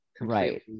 right